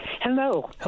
Hello